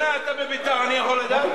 מאיזה שנה אתה בבית"ר, אני יכול לדעת?